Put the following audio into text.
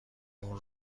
اون